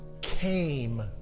came